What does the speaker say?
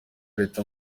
leta